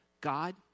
God